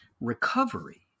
Recovery